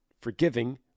forgiving